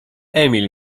emil